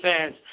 fans